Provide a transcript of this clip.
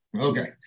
Okay